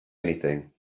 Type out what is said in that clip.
anything